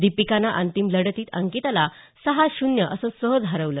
दीपिकानं अंतिम लढतीत अंकिताला सहा शून्य असं सहज हरवलं